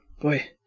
boy